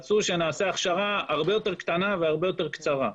רצו שנעשה הכשרה הרבה יותר קטנה והרבה יותר קצרה.